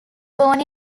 born